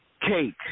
Cake